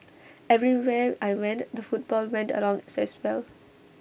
everywhere I went the football went along as well